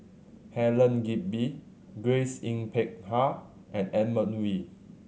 Helen Gilbey Grace Yin Peck Ha and Edmund Wee